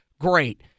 Great